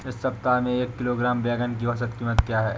इस सप्ताह में एक किलोग्राम बैंगन की औसत क़ीमत क्या है?